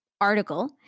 article